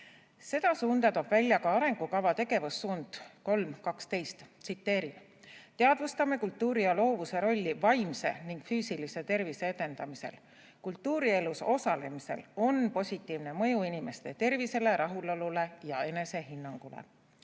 Seda suunda toetab ka arengukava tegevussuund 3.12. Tsiteerin: "Teadvustame kultuuri ja loovuse rolli vaimse ning füüsilise tervise edendamisel. Kultuurielus osalemisel on positiivne mõju inimese tervisele, rahulolule ja enesehinnangule."